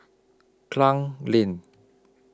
Klang Lane